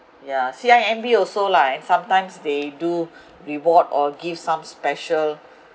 yeah C_I_M_B also like sometimes they do reward or give some special